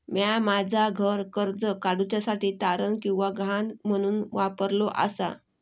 म्या माझा घर कर्ज काडुच्या साठी तारण किंवा गहाण म्हणून वापरलो आसा